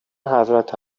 حضرت